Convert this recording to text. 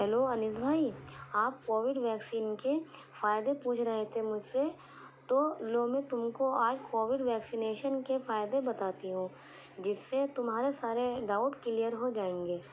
hello Anees بھائی آپ covid vaccine کے فائدے پوچھ رہے تھے مجھ سے تو لو میں تم کو آج کووڈ ویکسنیشن کے فائدے بتاتی ہوں جس سے تمہارے سارے ڈاؤٹ کلیئر ہو جائیں گے